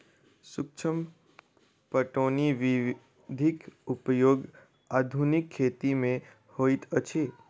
सूक्ष्म पटौनी विधिक उपयोग आधुनिक खेती मे होइत अछि